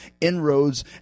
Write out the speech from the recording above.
inroads